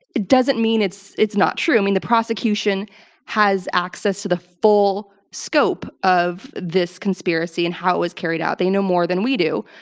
it doesn't mean it's it's not true. i mean the prosecution has access to the full scope of this conspiracy and how it was carried out. they know more than we do.